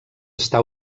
està